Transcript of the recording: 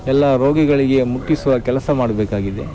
ಎಲ್ಲ ರೋಗಿಗಳಿಗೆ ಮುಟ್ಟಿಸುವ ಕೆಲಸ ಮಾಡಬೇಕಾಗಿದೆ